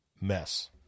mess